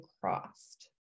crossed